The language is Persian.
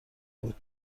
بود